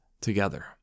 together